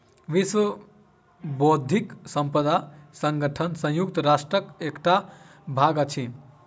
विश्व बौद्धिक संपदा संगठन संयुक्त राष्ट्रक एकटा भाग अछि